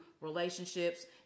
relationships